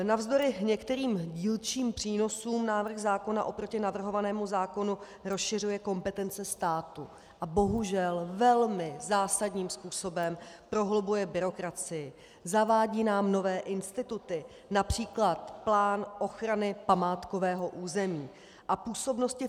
Navzdory některým dílčím přínosům návrh zákona oproti navrhovanému zákonu rozšiřuje kompetence státu a bohužel velmi zásadním způsobem prohlubuje byrokracii, zavádí nám nové instituty, například plán ochrany památkového území, a působnosti.